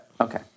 Okay